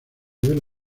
del